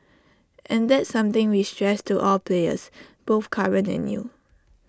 and that's something we stress to all players both current and new